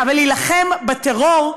אבל להילחם בטרור,